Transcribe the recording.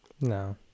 No